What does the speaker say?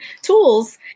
tools